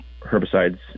herbicides